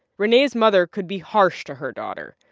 rene's mother could be harsh to her daughter.